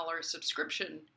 subscription